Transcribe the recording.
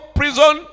prison